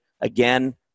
Again